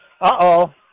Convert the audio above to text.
Uh-oh